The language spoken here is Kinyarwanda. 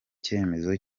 cyemezo